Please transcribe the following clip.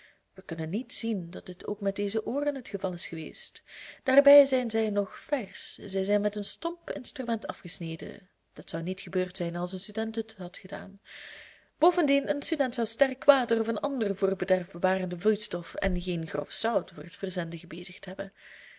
we kunnen niet zien dat dit ook met deze ooren het geval is geweest daarbij zijn zij nog versch zij zijn met een stomp instrument afgesneden dat zou niet gebeurd zijn als een student het had gedaan bovendien een student zou sterkwater of een ander voor bederf bewarende vloeistof en geen grof zout voor het verzenden gebezigd hebben